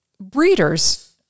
Breeders